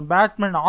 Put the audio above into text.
Batman